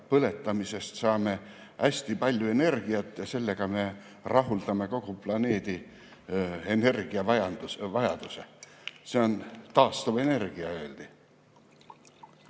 põletamisest saame hästi palju energiat ja sellega me rahuldame kogu planeedi energiavajaduse. See on taastuvenergia, öeldi.